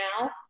now